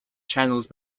channels